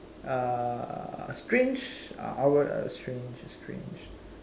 uh strange strange strange